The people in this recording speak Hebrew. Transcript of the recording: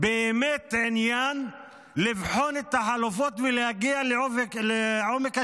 באמת עניין לבחון את החלופות ולהגיע לעמק השווה.